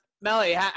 Melly